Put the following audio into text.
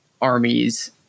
Armies